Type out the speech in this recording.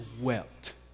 wept